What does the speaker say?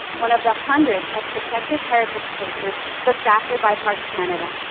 one of the hundreds of protected heritage places looked after by parks canada.